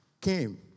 came